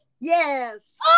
Yes